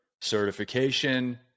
certification